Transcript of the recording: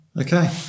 Okay